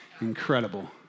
incredible